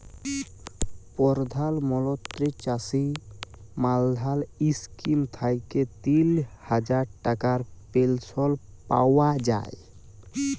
পরধাল মলত্রি চাষী মাল্ধাল ইস্কিম থ্যাইকে তিল হাজার টাকার পেলশল পাউয়া যায়